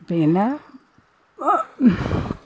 പിന്നെ